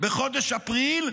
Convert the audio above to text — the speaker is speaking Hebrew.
בחודש אפריל,